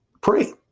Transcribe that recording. pray